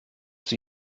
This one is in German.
sie